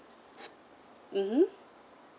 mmhmm